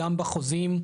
גם בחוזים,